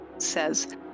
says